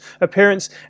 appearance